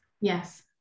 Yes